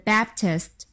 Baptist